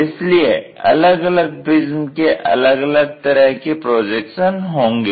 इसलिए अलग अलग प्रिज्म के अलग अलग तरह के प्रोजेक्शन होंगे